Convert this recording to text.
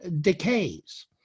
decays